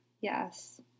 Yes